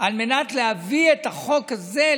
על מנת להביא את החוק הזה,